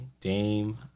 Dame